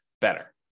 better